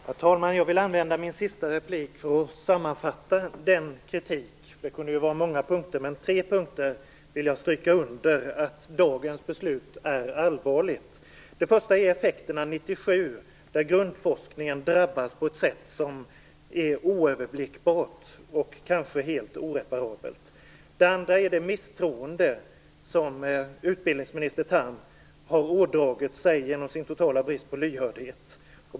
Herr talman! Jag skall använda min sista replik till att sammanfatta kritiken. Det kunde ha blivit många punkter, men jag vill stryka under tre punkter som visar att dagens beslut är allvarligt. Den första är effekterna 1997, då grundforskningen drabbas på ett sätt som är oöverblickbart och kanske helt oreparabelt. Den andra är det misstroende som utbildningsminister Tham har ådragit sig genom sin totala brist på lyhördhet.